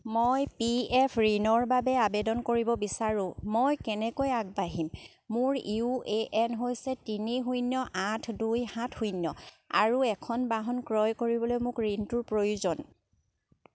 মই P F ঋণৰ বাবে আবেদন কৰিব বিচাৰোঁ মই কেনেকৈ আগবাঢ়িম মোৰ ইউ এ এন হৈছে তিনি শূন্য আঠ দুই সাত শূন্য আৰু এখন বাহন ক্ৰয় কৰিবলৈ মোক ঋণটোৰ প্ৰয়োজন